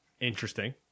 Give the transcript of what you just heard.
Interesting